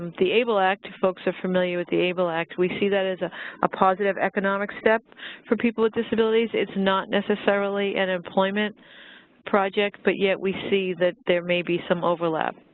the able act, if folks are familiar with the able act, we see that as a ah positive economic step for people with disabilities. it's not necessarily an employment project, but yet we see that there may be some overlap.